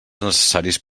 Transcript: necessaris